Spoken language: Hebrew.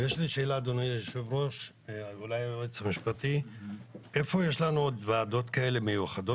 השאלה שלי ליועץ המשפטי היא איפה יש לנו עוד ועדות מיוחדות כאלה?